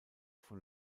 von